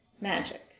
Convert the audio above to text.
magic